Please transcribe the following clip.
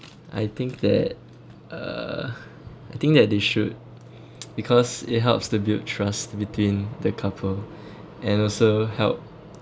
I think that uh I think that they should because it helps to build trust between the couple and also helps